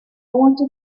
wanted